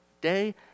day